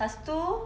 pastu